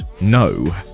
No